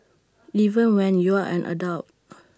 even when you're an adult